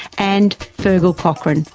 and feargal cochrane,